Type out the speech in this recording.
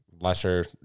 lesser